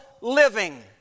living